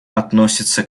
относится